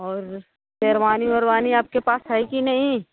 और शेरवानी वेरवानी आपके पास है कि नहीं